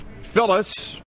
Phyllis